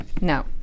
No